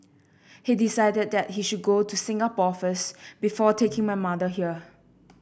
he decided that he should go to Singapore first before taking my mother here